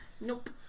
Nope